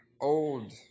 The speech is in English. old